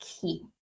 key